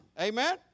Amen